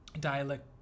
dialect